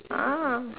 ah